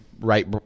right